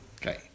Okay